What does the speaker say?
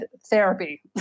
therapy